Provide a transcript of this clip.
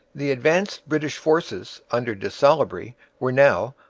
the advanced british forces under de salaberry were now,